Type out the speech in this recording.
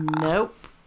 Nope